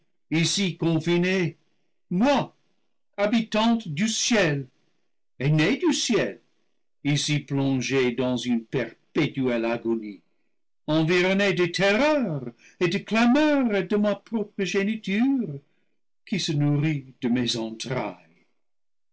ici confinée moi habitante du ciel et née du ciel ici plongée dans une perpétuelle agonie environnée des terreurs et des clameurs de ma propre géni ture qui se nourrit de mes entrailles